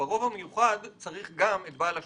ברוב המיוחד צריך גם את בעל השליטה.